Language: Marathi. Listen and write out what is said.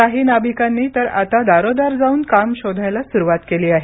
काही नाभिकांनी तर आता दारोदार जाऊन काम शोधायला सुरवात केली आहे